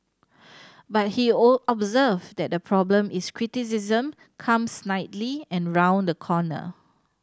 but he observed that the problem is criticism comes snidely and round the corner